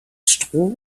stroh